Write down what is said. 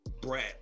brat